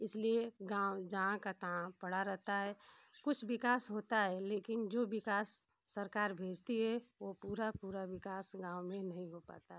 इसलिए गाँव जहाँ का तहाँ पड़ा रहता है कुछ विकास होता है लेकिन जो विकास सरकार भेजती है वो पूरा पूरा विकास गाँव में नहीं हो पाता है